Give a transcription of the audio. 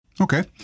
okay